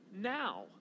now